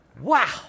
Wow